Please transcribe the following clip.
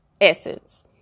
essence